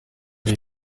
ari